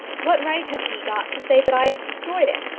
what right has he got to say that i have destroyed it?